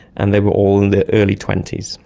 and they were all in their early twenty s.